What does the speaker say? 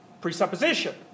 presupposition